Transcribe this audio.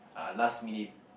uh last minute